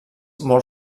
molt